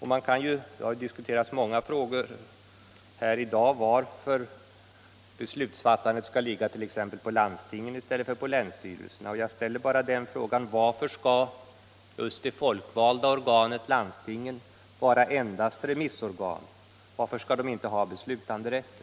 Här har diskuterats mycket i dag varför beslutsfattandet skall ligga på landstingen i stället för på länsstyrelserna, och jag ställer bara frågan: Varför skall just det folkvalda organet landstinget vara endast remissorgan? Varför skall det inte ha beslutanderätt?